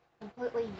Completely